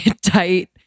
tight